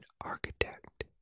architect